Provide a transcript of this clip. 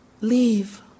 leave